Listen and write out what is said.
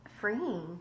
freeing